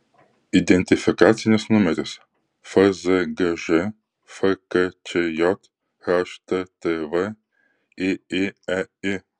identifikacinis numeris fzgž fkčj httv ėėei